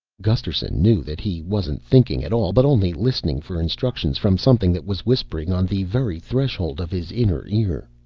gusterson knew that he wasn't thinking at all, but only listening for instructions from something that was whispering on the very threshold of his inner ear.